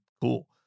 cool